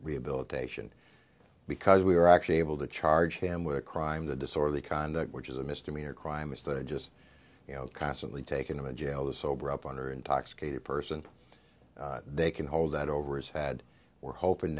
rehabilitation because we were actually able to charge him with a crime the disorderly conduct which is a misdemeanor crime is that just you know constantly taken to jail the sober up under intoxicated person they can hold that over is had we're hoping